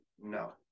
No